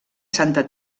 santa